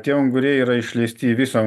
tie unguriai yra išleisti į visą